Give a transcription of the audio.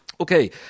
Okay